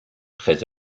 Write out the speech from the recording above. très